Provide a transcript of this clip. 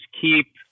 keep